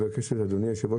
אדוני היושב ראש,